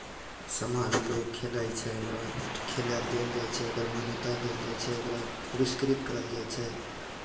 समाजमे लोक खेलै छै ओकरा खेलय देल जाइ छै ओकर मान्यता देल जाइ छै ओकरा पुरस्कृत करल जाइ छै